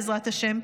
בעזרת השם,